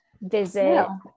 visit